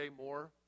more